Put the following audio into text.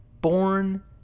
born